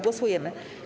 Głosujemy.